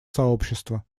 сообщества